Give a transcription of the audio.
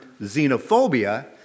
xenophobia